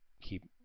keep